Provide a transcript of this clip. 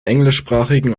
englischsprachigen